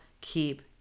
keep